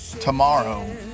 tomorrow